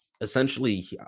essentially